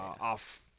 off